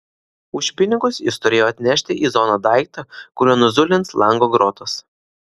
už pinigus jis turėjo atnešti į zoną daiktą kuriuo nuzulins lango grotas